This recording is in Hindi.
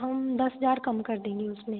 हम दस हजार कम कर देंगे उसमें